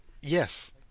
yes